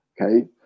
okay